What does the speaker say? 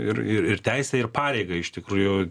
ir ir teisę ir pareigą iš tikrųjų